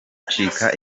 bacika